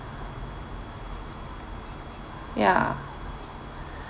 ya